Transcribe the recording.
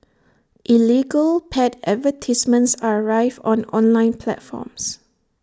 illegal pet advertisements are rife on online platforms